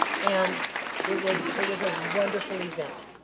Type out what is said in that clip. and it was it was a wonderful event.